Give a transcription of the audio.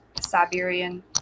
Siberian